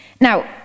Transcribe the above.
Now